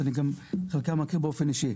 ואת חלקם אני גם מכיר באופן אישי.